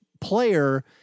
player